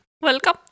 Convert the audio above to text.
Welcome